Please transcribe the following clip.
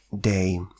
day